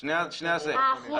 שני האחרונים.